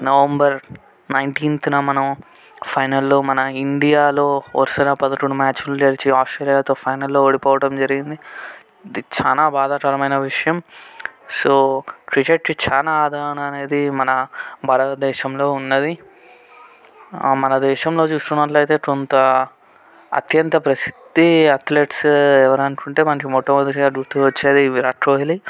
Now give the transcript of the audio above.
November నైన్టీన్త్న న మనం ఫైనల్లో మన ఇండియాలో వరుసుగా పదకొండు మ్యాచులు గెలిచి ఆస్ట్రేలియాతో ఫైనల్లో ఓడిపోవడం జరిగింది అది చాలా బాధాకరమైన విషయం సో క్రికెట్ చాలా ఆదరణ అనేది మన భారతదేశంలో ఉన్నది మన దేశంలో చూసినట్లయితే కొంత అత్యంత ప్రసిద్ధి అట్లెట్స్ ఎవరు అనుకుంటే మనకి మొట్టమొదటిసారి గుర్తు వచ్చేది విరాట్ కోహ్లీ